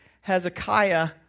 Hezekiah